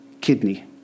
kidney